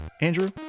Andrew